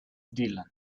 dillon